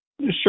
Sure